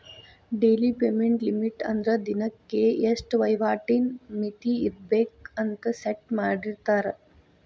daily payment limit ಅಂದ್ರ ದಿನಕ್ಕೆ ಇಷ್ಟ ವಹಿವಾಟಿನ್ ಮಿತಿ ಇರ್ಬೆಕ್ ಅಂತ ಸೆಟ್ ಮಾಡಿರ್ತಾರ